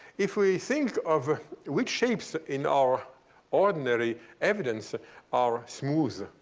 if we think of which shapes in our ordinary evidence are smooth,